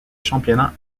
championnat